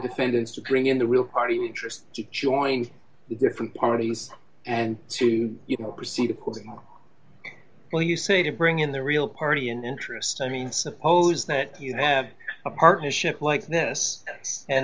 defendants to bring in the real party interest joins the different parties and to you know proceed accordingly will you say to bring in the real party in interest i mean suppose that you have a partnership like this and